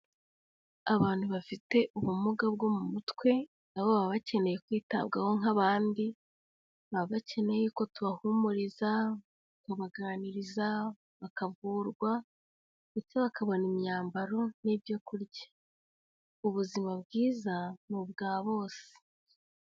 Abantu bafite ubumuga bwo mu mutwe na bo baba bakeneye kwitabwaho nk'abandi, baba bakeneye ko tubahumuriza, tukabaganiriza, bakavurwa ndetse bakabona imyambaro n'ibyo kurya, ubuzima bwiza ni ubwa bose.